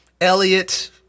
Elliot